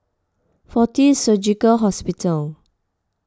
fortis Surgical Hospital